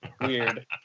Weird